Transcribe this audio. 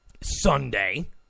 Sunday